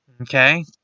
Okay